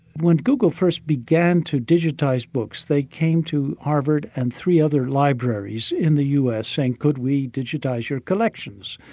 when google first began to digitise books, they came to harvard and three other libraries in the us saying, could we digitise your collections?